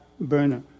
burner